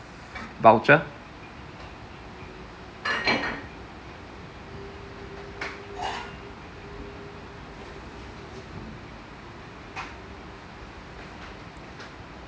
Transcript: voucher